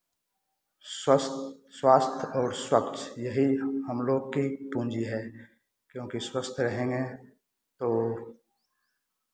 स्वस्थ स्वास्थ और स्वच्छ यही हमलोग की पूंजी है क्योंकि स्वस्थ रहेंगे तो